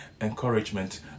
encouragement